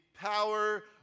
power